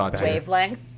Wavelength